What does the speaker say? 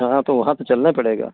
हाँ तो वहाँ तो चलना पड़ेगा